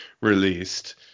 released